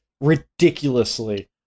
ridiculously